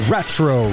Retro